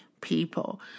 people